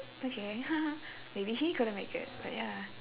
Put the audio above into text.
okay maybe he couldn't make it but ya